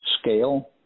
scale